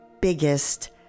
biggest